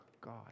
God